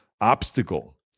obstacle